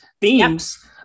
themes